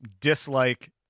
dislike